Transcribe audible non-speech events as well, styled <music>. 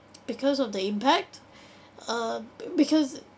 because of the impact <breath> um because